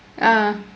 ah